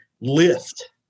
lift